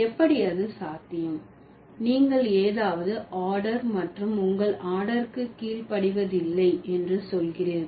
எப்படி அது சாத்தியம் நீங்கள் ஏதாவது ஆர்டர் மற்றும் உங்கள் ஆர்டருக்கு கீழ்படிவதில்லை என்று சொல்கிறீர்கள்